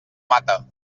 mata